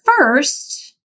first